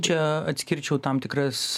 čia atskirčiau tam tikras